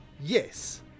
Yes